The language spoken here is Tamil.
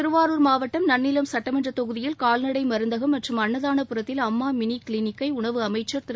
திருவாரூர் மாவட்டம் நன்னிலம் சட்டமன்ற தொகுதியில் கால்நடை மருந்துகம் மற்றும் அன்னதானபுரத்தில் அம்மா மினி கிளினிக்கை உணவு அமைச்சர் திரு